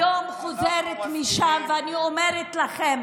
היום אני חוזרת משם ואני אומרת לכם,